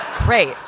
Great